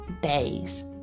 days